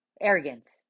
arrogance